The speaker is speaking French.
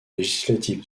législative